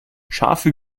scharfe